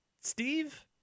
Steve